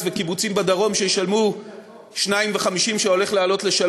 וקיבוצים בדרום שישלמו מחיר של 2.50 שקלים שהולך לעלות ל-3.